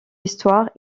histoire